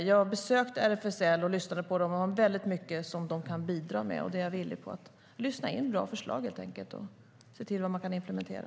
Jag har besökt RFSL och lyssnat på dem. De har mycket som de kan bidra med, och jag är villig att helt enkelt lyssna in bra förslag och se till vad man kan implementera.